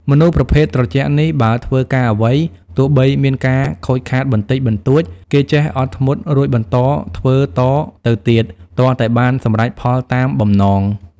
មនុស្សប្រភេទត្រជាក់នេះ បើធ្វើការអ្វី ទោះបីមានការខូចខាតបន្តិចបន្តួច គេចេះអត់ធ្មត់រួចបន្តធ្វើតទៅទៀតទាល់តែបានសម្រេចផលតាមបំណង ។